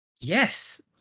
Yes